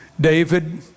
David